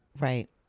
Right